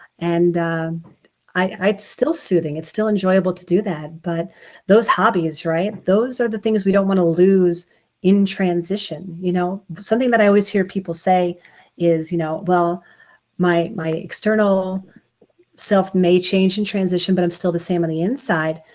and it's still soothing. it's still enjoyable to do that. but those hobbies right, those are the things we don't want to lose in transition. you know, something that i always hear people say is you know, well my my external self may change in transition but i'm still the same on the inside.